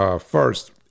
first